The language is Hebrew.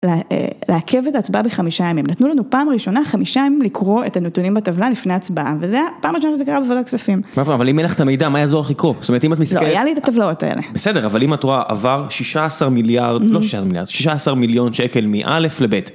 לעכב את ההצבעה בחמישה ימים, נתנו לנו פעם ראשונה חמישה ימים לקרוא את הנתונים בטבלה לפני הצבעה, וזה, פעם ראשונה שזה קרה בועדת הכספים. אבל אם אין לך את המידע, מה יעזור לך לקרוא? זאת אומרת, אם את מסתכלת... לא, היה לי את הטבלאות האלה. בסדר, אבל אם את רואה, עבר 16 מיליארד, לא 16 מיליארד, 16 מיליון שקל מא' לב',